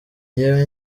njyewe